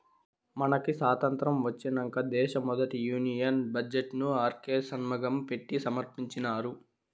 మనకి సాతంత్రం ఒచ్చినంక దేశ మొదటి యూనియన్ బడ్జెట్ ను ఆర్కే షన్మగం పెట్టి సమర్పించినారు